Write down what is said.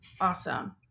Awesome